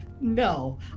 No